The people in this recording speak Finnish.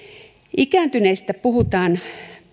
ikääntyneistä puhutaan